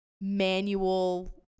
manual